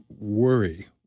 worry